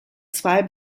zwei